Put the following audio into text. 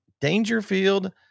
Dangerfield